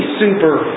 super